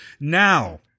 Now